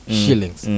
shillings